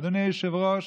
אדוני היושב-ראש,